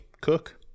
cook